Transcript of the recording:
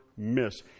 Miss